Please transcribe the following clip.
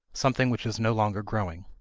something which is no longer growing.